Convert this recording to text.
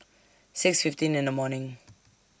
six fifteen in The morning